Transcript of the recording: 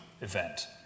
event